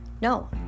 no